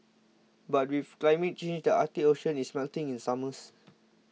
but with climate change the Arctic Ocean is melting in summers